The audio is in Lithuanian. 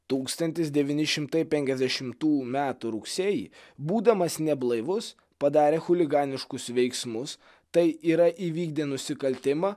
tūkstantis devyni šimtai penkiasdešimtų metų rugsėjį būdamas neblaivus padarė chuliganiškus veiksmus tai yra įvykdė nusikaltimą